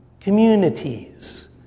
communities